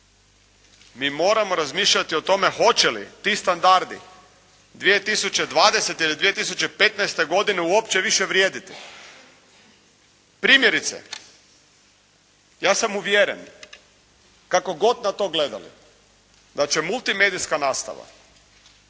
mi moramo razmišljati o tome hoće li ti standardi 2020. ili 2015. godine uopće više vrijediti. Primjerice, ja sam uvjeren kako god na to gledali da će multimedijska nastava